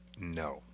No